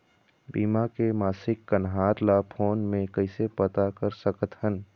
बीमा के मासिक कन्हार ला फ़ोन मे कइसे पता सकत ह?